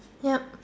yup